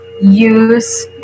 use